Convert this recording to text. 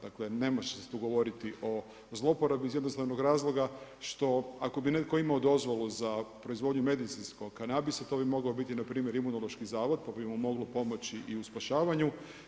Dakle, ne može se tu govoriti o zloporabi iz jednostavnog razloga što ako bi netko imao dozvolu za proizvodnju medicinskog kanabisa, to bi moglo biti npr. Imunološki zavod, pa bi mu moglo pomoći i u spašavanju.